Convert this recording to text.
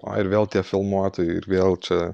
o ir vėl tie filmuotojai ir vėl čia